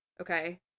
Okay